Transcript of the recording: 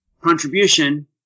contribution